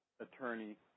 attorney